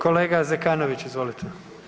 Kolega Zekanović izvolite.